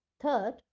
Third